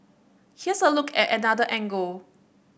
here's a look at another angle